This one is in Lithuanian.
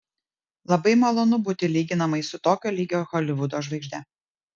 labai malonu būti lyginamai su tokio lygio holivudo žvaigžde